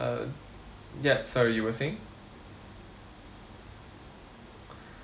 uh yup sorry you were saying